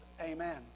Amen